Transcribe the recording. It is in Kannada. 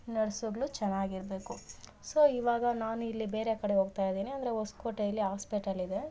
ನರ್ಸ್ಗ್ಳು ಚೆನ್ನಾಗಿರ್ಬೇಕು ಸೊ ಇವಾಗ ನಾನು ಇಲ್ಲಿ ಬೇರೆ ಕಡೆ ಹೋಗ್ತಾಯಿದಿನಿ ಅಂದರೆ ಹೊಸ್ಕೋಟೆಯಲ್ಲಿ ಹಾಸ್ಪೆಟಲಿದೆ